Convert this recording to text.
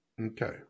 Okay